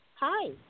hi